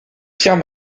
pierre